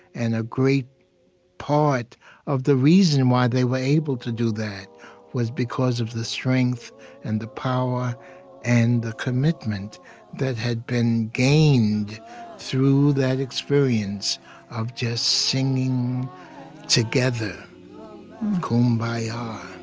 and a great part of the reason why they were able to do that was because of the strength and the power and the commitment that had been gained through that experience of just singing together kum bah ya.